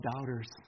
doubters